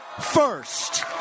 first